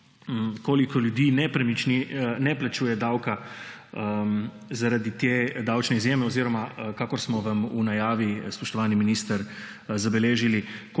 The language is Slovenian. Koliko ljudi ne plačuje davka zaradi te davčne izjeme? Oziroma kakor smo vam v najavi, spoštovani minister, zabeležili: